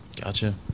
gotcha